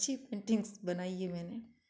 अच्छी पेंटिंग्स बनाई है मैंने